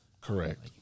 Correct